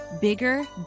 bigger